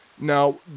Now